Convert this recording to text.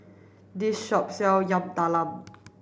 this shop sell Yam Talam